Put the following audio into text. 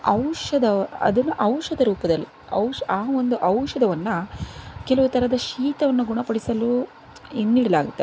ಔಷಧ ಅದನ್ನು ಔಷಧ ರೂಪದಲ್ಲಿ ಔಷ್ ಆ ಒಂದು ಔಷಧವನ್ನು ಕೆಲವು ಥರದ ಶೀತವನ್ನು ಗುಣಪಡಿಸಲು ನೀಡಲಾಗುತ್ತೆ